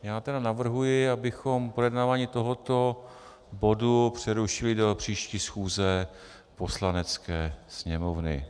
Já tedy navrhuji, abychom projednávání tohoto bodu přerušili do příští schůze Poslanecké sněmovny.